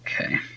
Okay